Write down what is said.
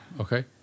okay